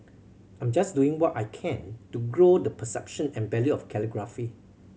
I'm just doing what I can to grow the perception and value of calligraphy